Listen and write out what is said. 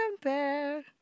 compare